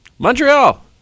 Montreal